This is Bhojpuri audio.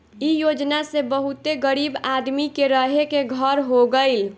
इ योजना से बहुते गरीब आदमी के रहे के घर हो गइल